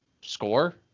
score